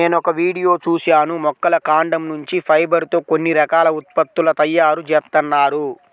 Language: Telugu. నేనొక వీడియో చూశాను మొక్కల కాండం నుంచి ఫైబర్ తో కొన్ని రకాల ఉత్పత్తుల తయారీ జేత్తన్నారు